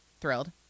Thrilled